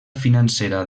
financera